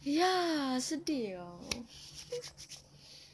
ya sedih ah